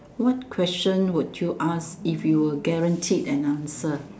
what question would you ask if you're guaranteed that answer